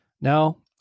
Now